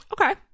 okay